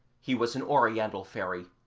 he was an oriental fairy,